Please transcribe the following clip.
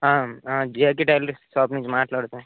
ఆ జియాకి tailors shop నుండి మాట్లాడుతున్నాం